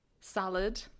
salad